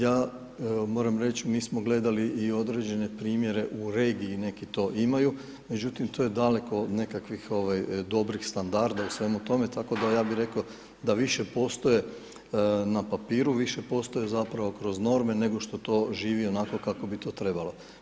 Ja moram reći, mi smo gledali i određene primjere u regiji, neki to imaju, međutim to je daleko od nekakvih dobrih standarda u svemu tome, tako da, ja bih rekao da više postoje na papiru, više postoje zapravo kroz norme nego što to živi onako kako bi to trebalo.